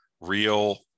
real